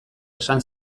esan